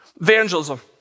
Evangelism